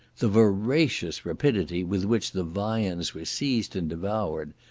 the voracious rapidity with which the viands were seized and devoured,